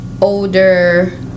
older